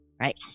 Right